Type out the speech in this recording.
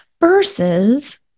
versus